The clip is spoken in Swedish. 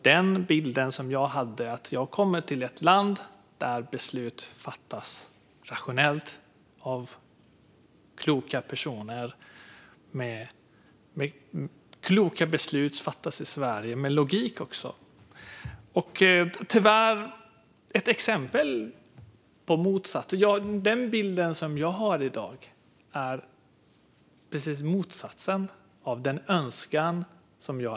Den bild jag hade var att jag kom till ett land där beslut fattas rationellt, av kloka personer och med logik. Den bild jag har i dag är precis den motsatta.